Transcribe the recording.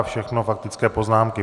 Všechno faktické poznámky.